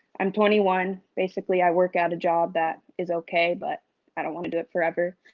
i'm twenty one, basically i work at a job that is okay but i don't wanna do it forever,